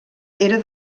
era